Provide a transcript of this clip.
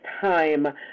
time